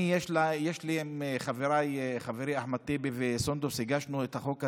אני וחבריי חברי אחמד טיבי וסונדוס הגשנו את החוק הזה.